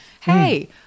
hey